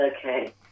Okay